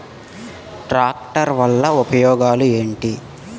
Tractor వల్ల ఉపయోగాలు ఏంటీ?